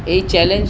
এই চ্যালেঞ্জ